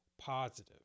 positive